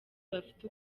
bafite